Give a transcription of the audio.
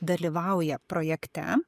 dalyvauja projekte